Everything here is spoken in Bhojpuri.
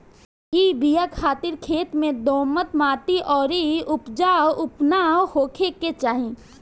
इ बिया खातिर खेत में दोमट माटी अउरी उपजाऊपना होखे के चाही